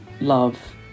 love